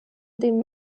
dem